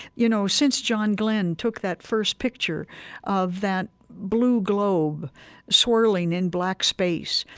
you know, since john glenn took that first picture of that blue globe swirling in black space,